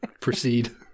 proceed